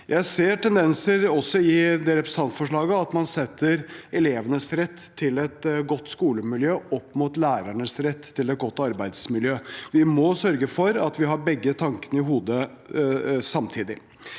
Jeg ser tendenser også i representantforslaget til at man setter elevenes rett til et godt skolemiljø opp mot lærernes rett til et godt arbeidsmiljø. Vi må sørge for at vi har begge tankene i hodet samtidig.